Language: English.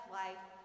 life